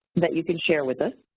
that you can share with us.